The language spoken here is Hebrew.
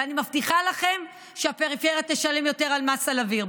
ואני מבטיחה לכם שהפריפריה תשלם יותר מס על אוויר.